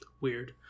weird